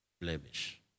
blemish